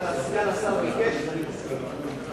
אבל סגן השר ביקש ואני מסכים.